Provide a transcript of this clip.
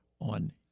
on